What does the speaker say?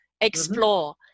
explore